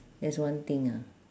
that's one thing ah